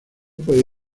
puede